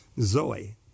zoe